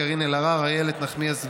קארין אלהרר ואיילת נחמיאס ורבין.